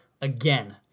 again